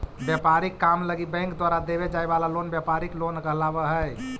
व्यापारिक काम लगी बैंक द्वारा देवे जाए वाला लोन व्यापारिक लोन कहलावऽ हइ